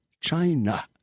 China